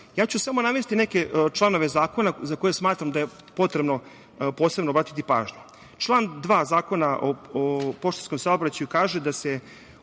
samo neke članove zakona za koje smatram da je potrebno posebno obratiti pažnju. Član 2. Zakona o poštanskom saobraćaju kaže – da se